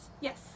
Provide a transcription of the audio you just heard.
Yes